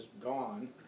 gone